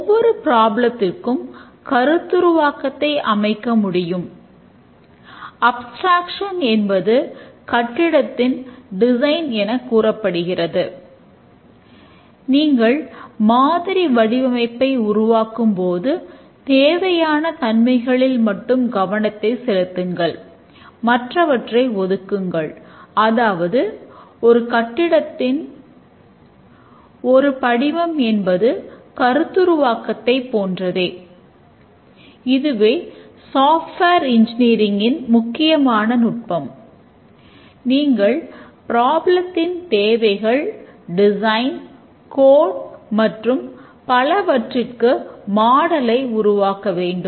ஒவ்வொரு ப்பிராப்லத்திற்கும் உருவாக்க வேண்டும்